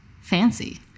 fancy